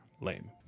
lame